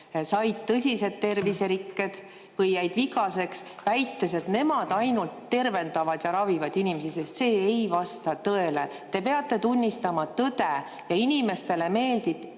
saanud tõsised terviserikked või jäänud vigaseks, [ega] väidaks, et nemad ainult tervendavad ja ravivad inimesi. See ei vasta tõele. Te peate tunnistama tõde. Ja inimestele meeldib